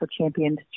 championed